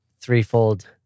threefold